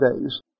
days